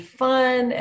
fun